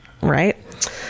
right